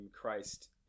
Christ